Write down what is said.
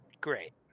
great